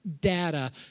data